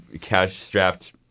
cash-strapped